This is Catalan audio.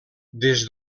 des